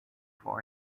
for